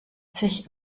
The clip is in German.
sich